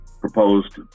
proposed